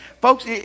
folks